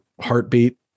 heartbeat